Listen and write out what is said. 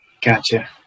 Gotcha